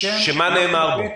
שמה נאמר בו?